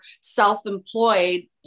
self-employed